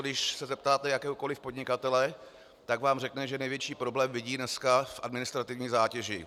Když se zeptáte jakéhokoliv podnikatele, tak vám řekne, že největší problém vidí dnes v administrativní zátěži.